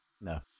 No